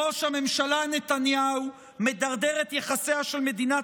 ראש הממשלה נתניהו מדרדר את יחסיה של מדינת